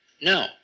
No